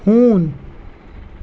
ہوٗن